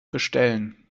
bestellen